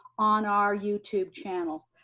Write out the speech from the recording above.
on our youtube channel.